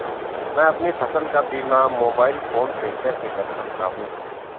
मैं अपनी फसल का बीमा मोबाइल फोन से कैसे कर सकता हूँ?